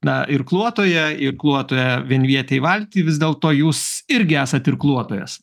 na irkluotoja irkluotoja vienvietėj valty vis dėlto jūs irgi esat irkluotojas